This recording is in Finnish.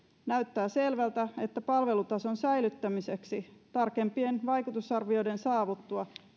näyttää selvältä että palvelutason säilyttämiseksi on tarkempien vaikutusarvioiden saavuttua